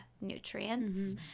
nutrients